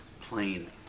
plain